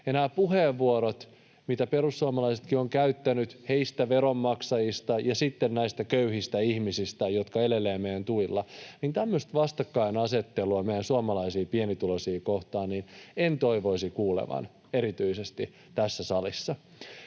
Nämä puheenvuorot, mitä perussuomalaisetkin ovat käyttäneet, heistä, veronmaksajista ja sitten näistä köyhistä ihmisistä, jotka elelevät meidän tuilla — tämmöistä vastakkainasettelua suomalaisia pienituloisia kohtaan en toivoisi kuulevani erityisesti tässä salissa.